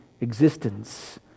existence